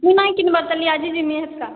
ମୁଇଁ ନାହିଁ କିଣିବାର ତାଲେ ଆଜି ଦିନରେ ଏକା